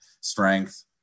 strength